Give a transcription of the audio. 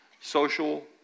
Social